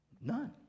None